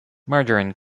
margarine